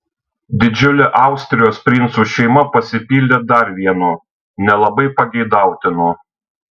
didžiulė austrijos princų šeima pasipildė dar vienu nelabai pageidautinu